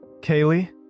Kaylee